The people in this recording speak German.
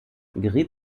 geriet